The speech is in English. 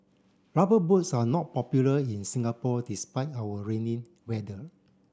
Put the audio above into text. rubber boots are not popular in Singapore despite our rainy weather